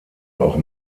auch